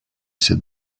said